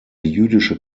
jüdische